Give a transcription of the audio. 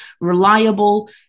reliable